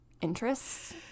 interests